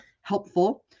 helpful